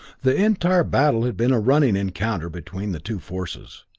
the entire battle had been a running encounter between the two forces.